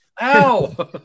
Ow